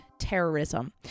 terrorism